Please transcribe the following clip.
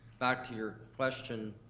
back to your question,